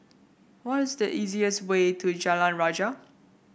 what is the easiest way to Jalan Rajah